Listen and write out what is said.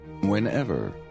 Whenever